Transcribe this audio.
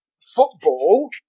football